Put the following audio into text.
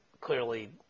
clearly